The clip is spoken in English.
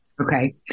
Okay